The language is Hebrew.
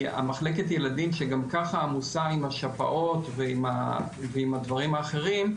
מחלקת ילדים שגם ככה עמוסה עם השפעות ועם הדברים האחרים,